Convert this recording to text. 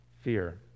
fear